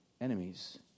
enemies